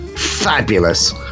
Fabulous